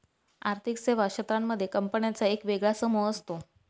आर्थिक सेवा क्षेत्रांमध्ये कंपन्यांचा एक वेगळा समूह असतो